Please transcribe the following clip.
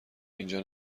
اینجا